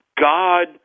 god